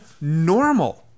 Normal